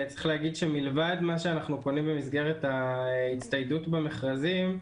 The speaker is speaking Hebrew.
מלבד מה שאנחנו קונים במסגרת ההצטיידות במכרזים,